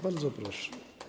Bardzo proszę.